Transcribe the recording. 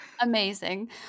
amazing